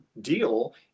deal